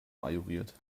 ajouriert